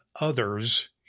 others